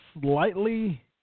Slightly